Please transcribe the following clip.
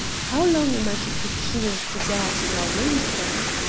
how long am i to sit chewing cigars in our rooms, then?